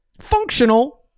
functional